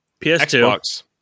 PS2